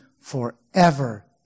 forever